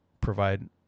provide